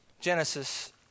Genesis